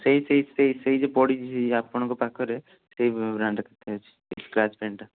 ସେଇ ସେଇ ସେଇ ସେଇ ଯେଉଁ ପଡ଼ିଛି ଆପଣଙ୍କ ପାଖରେ ସେଇ ବ୍ରାଣ୍ଡ୍ ଟା କେତେ ଅଛି ସେଇ ଷ୍କ୍ରାଚ ପେଣ୍ଟ୍ ଟା